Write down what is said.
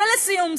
ולסיום-סיומת,